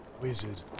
Wizard